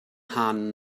hahn